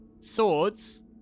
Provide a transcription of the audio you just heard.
swords